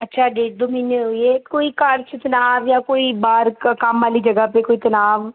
अच्छा जी दो म्हीने होई गे कोई घर च तनाव जां कोई बाह्र का कम्म आह्ली जगह च कोई तनाव